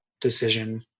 decision